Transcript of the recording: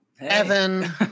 Evan